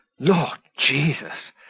lord jesus!